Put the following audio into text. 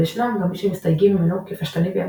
וישנם גם מי שמסתייגים ממנו כפשטני וילדותי.